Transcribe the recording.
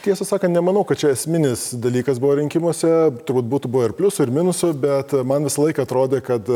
tiesą sakant nemanau kad čia esminis dalykas buvo rinkimuose turbūt būtų buvę ir pliusų ir minusų bet man visą laiką atrodė kad